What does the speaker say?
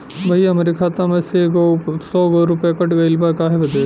भईया हमरे खाता में से सौ गो रूपया कट गईल बा काहे बदे?